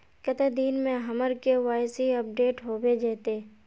कते दिन में हमर के.वाई.सी अपडेट होबे जयते?